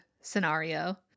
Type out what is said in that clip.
scenario